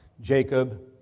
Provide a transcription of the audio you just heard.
Jacob